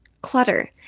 clutter